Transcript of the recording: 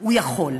הוא יכול.